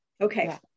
Okay